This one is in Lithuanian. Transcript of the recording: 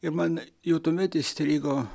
ir man jau tuomet įstrigo